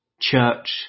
church